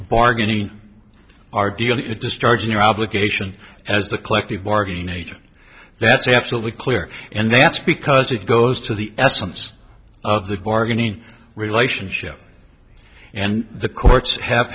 bargaining are going to discharge your obligation as a collective bargaining major that's absolutely clear and that's because it goes to the essence of the bargaining relationship and the courts have